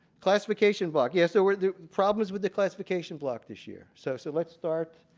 classification block. yes, there were problems with the classification block this year. so so let's start